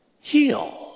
heal